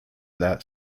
that